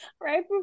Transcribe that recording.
Right